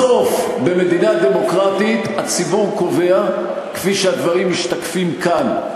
בסוף במדינה דמוקרטית הציבור קובע כפי שהדברים משתקפים כאן.